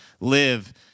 live